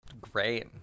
Great